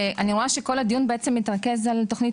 אני רואה שכל הדיון בעצם מתרכז על תוכנית